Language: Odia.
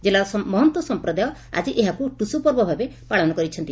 କିଲ୍ଲାର ମହନ୍ତ ସଂପ୍ରଦାୟ ଆକି ଏହାକୁ ଟୁସୁ ପର୍ବ ଭାବେ ପାଳନ କରୁଛନ୍ତି